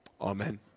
Amen